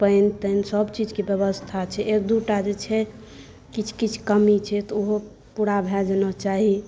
पानि तानिसभ चीजके व्यवस्था छै एक दू टा जे छै किछु किछु कमी छै तऽ ओहो पूरा भए जेना चाही